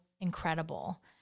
incredible